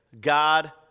God